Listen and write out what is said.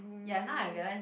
ya now I realise